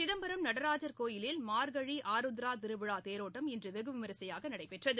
சிதம்பரம் நடராஜர் கோயிலில் மார்கழி ஆருத்ரா திருவிழா தேரோட்டம் இன்று வெகு விமரிசையாக நடைபெற்றது